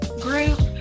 group